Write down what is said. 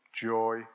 joy